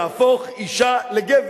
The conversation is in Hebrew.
להפוך אשה לגבר.